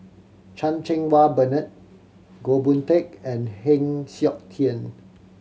Chan Cheng Wah Bernard Goh Boon Teck and Heng Siok Tian